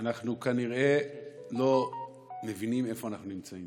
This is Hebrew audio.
אנחנו כנראה לא מבינים איפה אנחנו נמצאים.